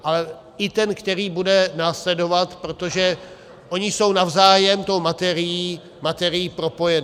Ale i ten, který bude následovat, protože ony jsou navzájem tou materií propojené.